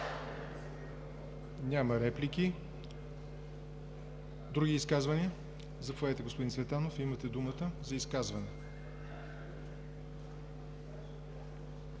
Няма реплики. Други изказвания? Заповядайте, господин Цветанов – имате думата за изказване.